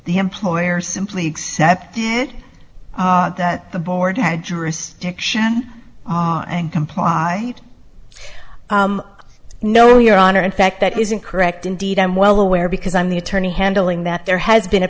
the employer simply accepted that the board had jurisdiction and comply no your honor in fact that is incorrect indeed i'm well aware because i'm the attorney handling that there has been a